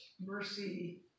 mercy